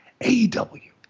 AEW